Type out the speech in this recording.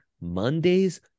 Monday's